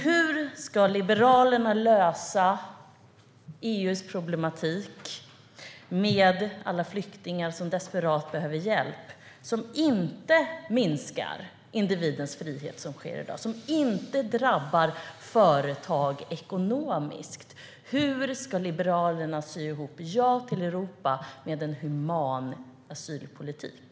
Hur ska Liberalerna lösa EU:s problem med alla flyktingar som desperat behöver hjälp som inte minskar individens frihet, som sker i dag, som inte drabbar företag ekonomiskt? Hur ska Liberalerna sy ihop ett ja till Europa med en human asylpolitik?